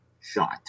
shot